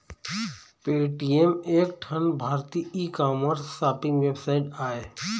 Paytm एक ठन भारतीय ई कामर्स सॉपिंग वेबसाइट आय